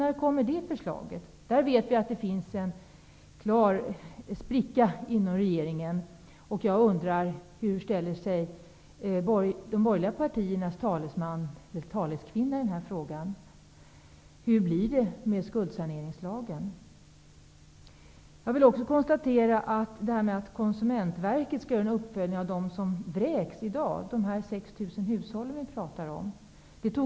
När kommer ett sådant förslag? Där vet vi att det finns en klar spricka inom regeringen. Jag undrar: Jag tog upp i en interpellation i våras detta att Konsumentverket skulle följa upp dem som vräks i dag, 6 000 hushåll.